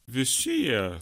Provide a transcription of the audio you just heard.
visi jie